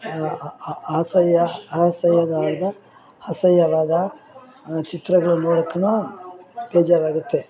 ಅ ಅಸಹ್ಯ ಅಸಹ್ಯದ ಅಸಹ್ಯವಾದ ಚಿತ್ರಗಳನ್ನು ನೋಡೋಕ್ಕೂ ಬೇಜಾರಾಗುತ್ತೆ